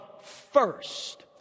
first